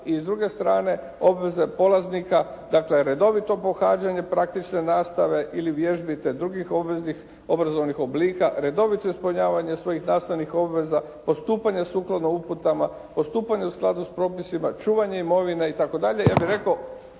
i s druge strane obveze polaznika. Dakle, redovito pohađanje praktične nastave ili vježbi, te drugih obveznih obrazovnih oblika, redovito ispunjavanje svojih nastavnih obveza, postupanje sukladno uputama, postupanje u skladu sa propisima, čuvanje imovine itd.